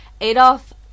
Adolf